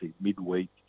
midweek